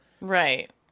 Right